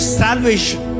salvation